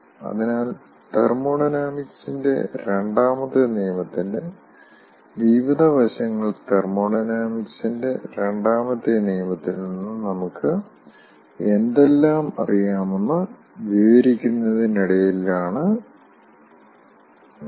അതിനാൽ തെർമോഡൈനാമിക്സിന്റെ രണ്ടാം നിയമത്തിന്റെ വിവിധ വശങ്ങൾ തെർമോഡൈനാമിക്സിന്റെ രണ്ടാമത്തെ നിയമത്തിൽ നിന്ന് നമുക്ക് എന്തെല്ലാം അറിയാമെന്ന് വിവരിക്കുന്നതിനിടയിലാണ് ഞാൻ